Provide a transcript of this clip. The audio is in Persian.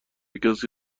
کسی